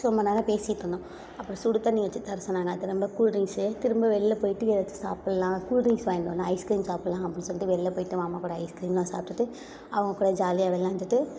ரொம்ப நேரம் பேசிகிட்ருந்தோம் அப்புறம் சுடு தண்ணி வச்சு தர சொன்னாங்க அது ரொம்ப கூல் ட்ரிங்ஸ்ஸு திரும்ப வெளியில் போய்விட்டு ஏதாச்சும் சாப்பிட்லாம் கூல் ட்ரிங்க்ஸ் வேண்ணாம் ஐஸ் க்ரீம் சாப்பிட்லாம் அப்படின் சொல்லிட்டு வெளில போய்விட்டு மாமா கூட ஐஸ் க்ரீமெலாம் சாப்பிட்டுட்டு அவங்ககூட ஜாலியாக விளாண்டுட்டு